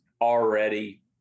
already